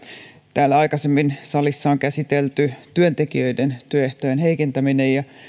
täällä salissa aikaisemmin on käsitelty työntekijöiden työehtojen heikentämistä ja